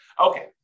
Okay